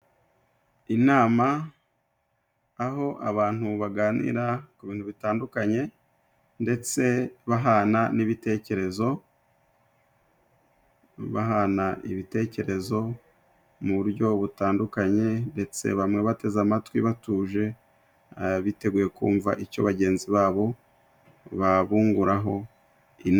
Inama, aho abantu baganira ku bintu bitandukanye, ndetse bahana n'ibitekerezo, bahana ibitekerezo mu buryo butandukanye, ndetse bamwe bateze amatwi batuje, biteguye kumva icyo bagenzi babo babunguraho.